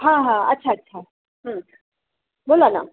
हां हां अच्छा अच्छा बोला ना